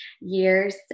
years